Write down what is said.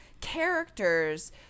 characters